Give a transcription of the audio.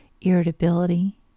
irritability